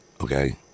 Okay